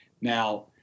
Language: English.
Now